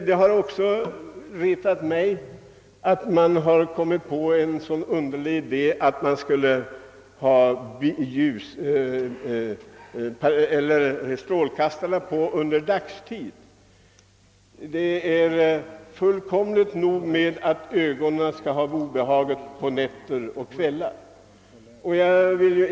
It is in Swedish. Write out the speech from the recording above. Det har också retat mig att man kunnat komma på en så underlig idé som att bilens strålkastare skulle behöva vara tända under dagtid. Det är väl alldeles tillräckligt med att ögonen skall ha det obehaget på nätter och kvällar!